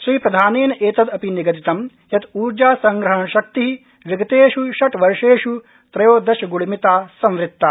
श्रीप्रधानेन एतदपि निगदितं यत् ऊर्जा संग्रहणशक्ति विगतेष् षट्वर्षेष् त्रयोदशग्णमिता संवृत्ता